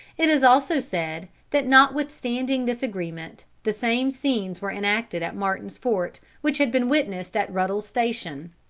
it is also said that notwithstanding this agreement, the same scenes were enacted at martin's fort which had been witnessed at ruddle's station.